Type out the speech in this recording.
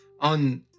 on